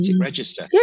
register